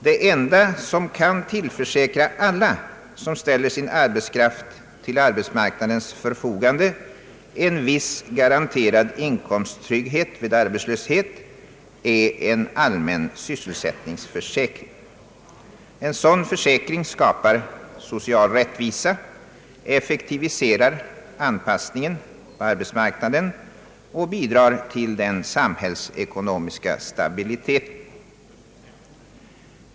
Det enda som kan tillförsäkra alla som ställer sin arbetskraft till arbetsmarknadens förfogande en viss garanterad inkomsttrygghet vid arbetslöshet är en allmän sysselsättningsförsäkring. En sådan försäkring skapar social rättvisa, effektiviserar anpassningen på arbetsmarknaden och bidrar till den samhällsekonomiska stabiliteten.